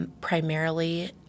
primarily